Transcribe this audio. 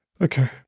Okay